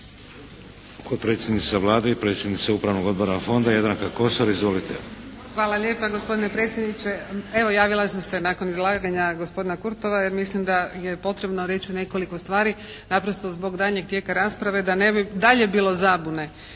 potpredsjednica Vlade i predsjednica upravnog odbora fonda Jadranka Kosor. Izvolite! **Kosor, Jadranka (HDZ)** Hvala lijepa gospodine predsjedniče. Evo, javila sam se nakon izlaganja gospodina Kurtova jer mislim da je potrebno reći nekoliko stvari, naprosto zbog daljnjeg tijeka rasprave da ne bi dalje bilo zabune.